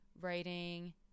writing